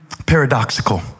Paradoxical